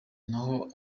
n’aho